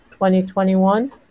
2021